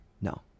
No